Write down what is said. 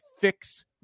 fix